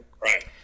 Right